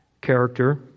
character